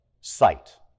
sight